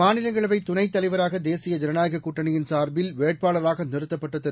மாநிலங்களவை துணைத் தலைவராக தேசிய ஜனநாயக கூட்டணியின் சார்பில் வேட்பாளராக நிறுத்தப்பட்ட திரு